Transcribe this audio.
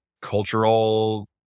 cultural